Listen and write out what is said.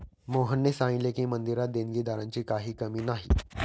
मोहनने सांगितले की, मंदिरात देणगीदारांची काही कमी नाही